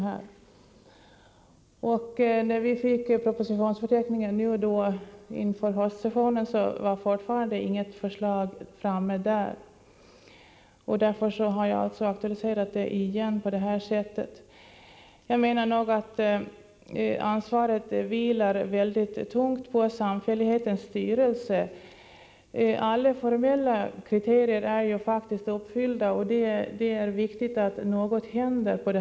När vi fick propositionsförteckningen inför höstsessionen kunde jag se att det fortfarande inte finns med något förslag i den här frågan. Därför har jag aktualiserat den igen på detta sätt. Jag anser att ansvaret vilar mycket tungt på samfällighetens styrelse. Alla formella kriterier är uppfyllda, och det är viktigt att något händer.